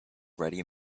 ready